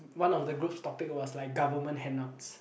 one of the group's topic was like government handouts